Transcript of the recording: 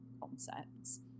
concepts